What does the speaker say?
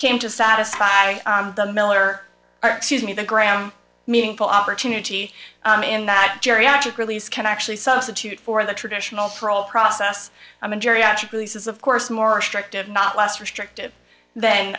came to satisfy the miller or excuse me the gram meaningful opportunity in that geriatric release can actually substitute for the traditional parole process i mean geriatric releases of course more attractive not less restrictive